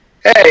Hey